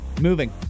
Moving